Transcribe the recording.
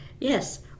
Yes